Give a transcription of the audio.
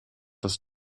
das